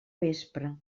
vespra